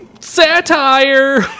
Satire